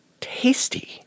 Tasty